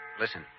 Listen